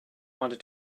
wanted